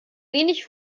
wenig